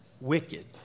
wicked